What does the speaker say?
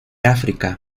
áfrica